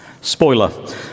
Spoiler